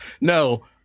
No